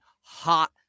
hot